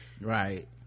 right